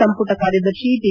ಸಂಪುಟ ಕಾರ್ಲದರ್ಶಿ ಪಿ